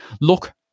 look